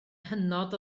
hynod